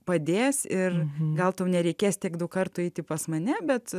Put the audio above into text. padėjęs ir gal tau nereikės tiek daug kartų eiti pas mane bet